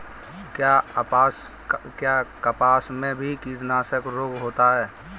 क्या कपास में भी कीटनाशक रोग होता है?